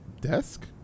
desk